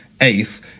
Ace